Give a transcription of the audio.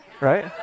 right